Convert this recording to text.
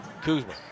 Kuzma